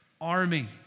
army